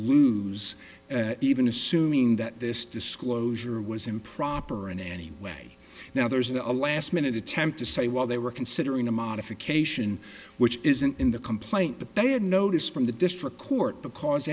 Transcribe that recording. lose even assuming that this disclosure was improper in any way now there's a last minute attempt to say well they were considering a modification which isn't in the complaint but they had notice from the district court because